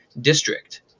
district